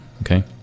okay